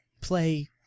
play